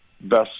best